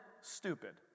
stupid